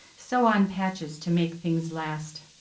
sew on patches to make things last?